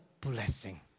blessing